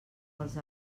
als